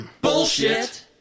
bullshit